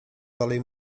dalej